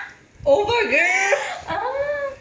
over girl